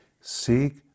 seek